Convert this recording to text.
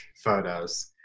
photos